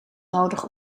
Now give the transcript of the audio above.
nodig